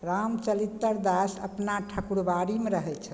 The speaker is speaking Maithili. रामचरित्र दास अपना ठाकुरबारीमे रहय छथिन